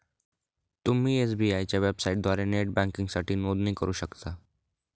तुम्ही एस.बी.आय च्या वेबसाइटद्वारे नेट बँकिंगसाठी नोंदणी करू शकता